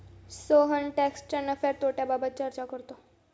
सोहन टॅक्सच्या नफ्या तोट्याबाबत चर्चा करतो